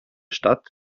stadt